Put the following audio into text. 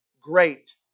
great